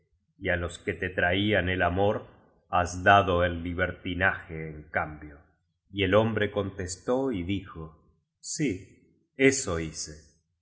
y á los que te traían el amor has dado el libertinaje en cambio y el hombre contestó y dijo sí eso hice y